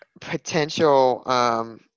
potential